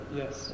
yes